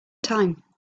time